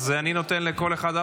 אני נותן לכל אחד,